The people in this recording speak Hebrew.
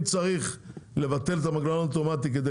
אם צריך לבטל את המנגנון האוטומטי כדי